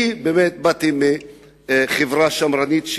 אני באתי מחברה שמרנית.